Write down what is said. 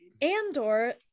Andor